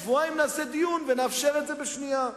שבועיים נעשה דיון ונאפשר את זה בשנייה.